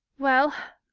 well,